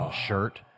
shirt